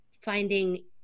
finding